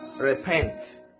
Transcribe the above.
repent